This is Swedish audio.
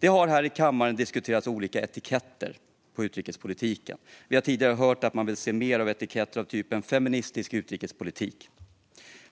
Det har här i kammaren diskuterats olika etiketter på utrikespolitiken. Vi har tidigare hört att man vill se mer av etiketter av typen feministisk utrikespolitik.